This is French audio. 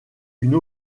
une